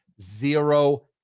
zero